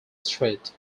street